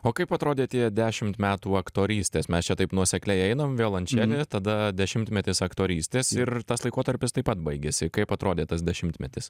o kaip atrodė tie dešimt metų aktorystės mes čia taip nuosekliai einam violončelė tada dešimtmetis aktorystės ir tas laikotarpis taip pat baigėsi kaip atrodė tas dešimtmetis